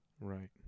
Right